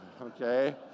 Okay